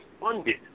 funded